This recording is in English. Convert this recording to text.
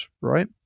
right